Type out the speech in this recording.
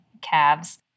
calves